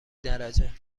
درجه